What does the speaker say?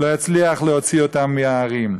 לא יצליח להוציא אותם מהערים.